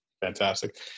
Fantastic